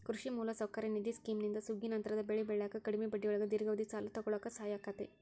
ಕೃಷಿ ಮೂಲಸೌಕರ್ಯ ನಿಧಿ ಸ್ಕಿಮ್ನಿಂದ ಸುಗ್ಗಿನಂತರದ ಬೆಳಿ ಬೆಳ್ಯಾಕ ಕಡಿಮಿ ಬಡ್ಡಿಯೊಳಗ ದೇರ್ಘಾವಧಿ ಸಾಲ ತೊಗೋಳಾಕ ಸಹಾಯ ಆಕ್ಕೆತಿ